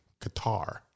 Qatar